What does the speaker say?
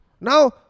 Now